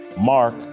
Mark